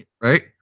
Right